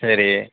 சரி